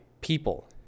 people